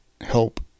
help